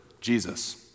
Jesus